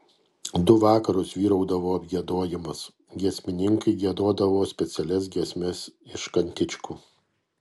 du vakarus vyraudavo apgiedojimas giesmininkai giedodavo specialias giesmes iš kantičkų